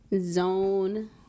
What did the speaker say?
zone